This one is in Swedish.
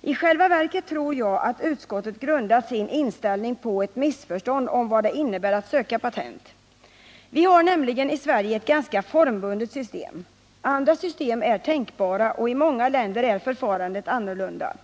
I själva verket tror jag att utskottet grundat sin inställning på ett missförstånd om vad det innebär att söka patent. Vi har nämligen i Sverige ett ganska formbundet system. Andra system är tänkbara, och i många länder är förfarandet annorlunda.